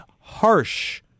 harsh